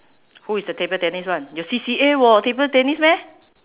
who is the table tennis one your C_C_A [wor] table tennis meh